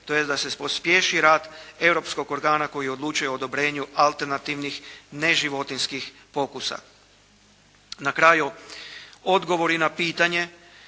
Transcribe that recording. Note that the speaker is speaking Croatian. tj. da se pospješi rad europskog organa koji odlučuje o odobrenju alternativnih neživotinjskih pokusa. Na kraju odgovori na pitanje